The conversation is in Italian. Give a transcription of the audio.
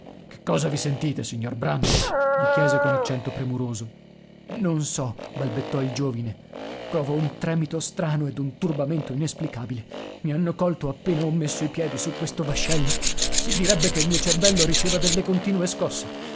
cosa vi sentite signor brandok gli chiese con accento premuroso non so balbettò il giovine provo un tremito strano ed un turbamento inesplicabile i hanno colto appena ho messo i piedi su questo vascello si direbbe che il mio cervello riceva delle continue scosse